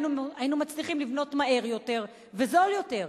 היינו מצליחים לבנות מהר יותר וזול יותר,